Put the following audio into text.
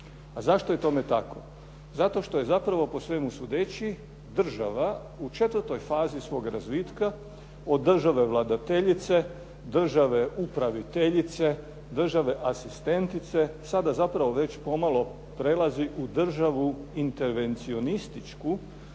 A zašto je tome tako? Zato što je zapravo po svemu sudeći država u četvrtoj fazi svoga razvitka od države vladateljice, države upraviteljice, države asistentice sada zapravo već pomalo prelazi u državu intervencionističku